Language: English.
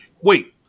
wait